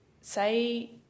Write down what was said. say